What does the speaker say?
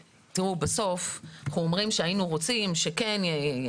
בסוף אנחנו אומרים שהיינו רוצים שיאפשרו,